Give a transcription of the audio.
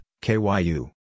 KYU